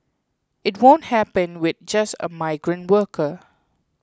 it won't happen with just a migrant worker